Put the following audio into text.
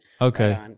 Okay